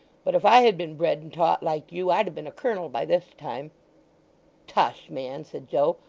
but if i had been bred and taught like you, i'd have been a colonel by this time tush, man said joe,